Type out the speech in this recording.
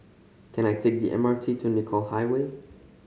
can I take the M R T to Nicoll Highway